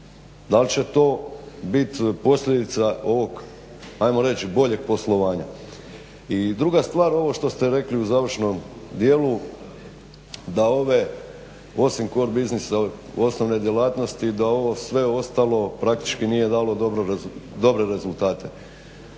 Da li će to biti posljedica ovog ajmo reći boljeg poslovanja. I druga stvar, ovo što ste rekli u završnom dijelu da ove osim …/Govornik se ne razumije./… biznisa osnovne djelatnosti da ovo sve ostalo praktički nije dalo dobre rezultate.